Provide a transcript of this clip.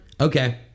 Okay